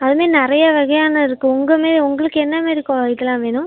அது மாரி நிறைய வகையான இருக்குது உங்கள் மே உங்களுக்கு என்ன மாரி கோ இதலாம் வேணும்